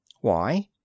Why